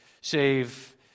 save